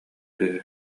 үһү